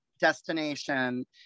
destination